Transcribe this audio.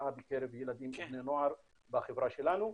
והפשיעה בקרב ילדים ובני נוער בחברה שלנו.